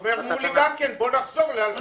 אומר מולי גם כן, בואו נחזור ל-2017.